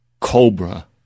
Cobra